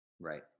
Right